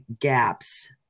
gaps